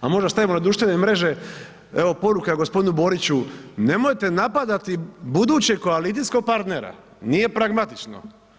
pa možda stavimo na društvene mreže, evo poruka gospodinu Boriću nemojte napadati budućeg koalicijskog partnera, nije pragmatično.